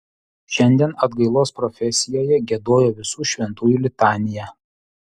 šiandien atgailos profesijoje giedojo visų šventųjų litaniją